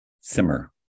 simmer